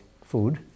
food